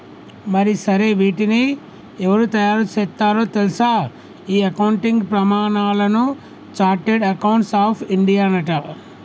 మరి సరే వీటిని ఎవరు తయారు సేత్తారో తెల్సా ఈ అకౌంటింగ్ ప్రమానాలను చార్టెడ్ అకౌంట్స్ ఆఫ్ ఇండియానట